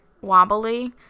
wobbly